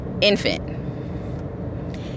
infant